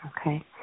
Okay